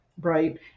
right